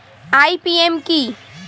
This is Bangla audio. আই.পি.এম কি?